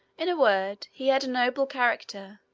in a word, he had a noble character,